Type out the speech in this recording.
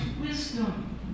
wisdom